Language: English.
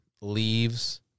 leaves